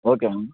okay ma'am